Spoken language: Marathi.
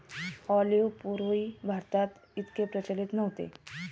ऑलिव्ह पूर्वी भारतात इतके प्रचलित नव्हते